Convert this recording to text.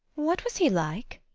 what was he like?